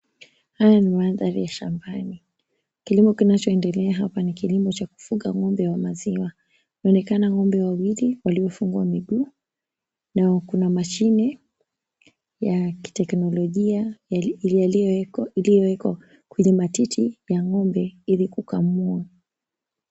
Haya ni mandhari ya shambani. Kilimo kinachoendelea hapa ni kilimo cha kufuga ng'ombe wa maziwa. Inaonekana ng'ombe wawili waliofungwa miguu na kuna mashine ya kiteknolojia yali yaliooekwa iliyoekwa kwenye matiti ya ng'ombe ili kukamua.